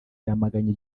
yamaganye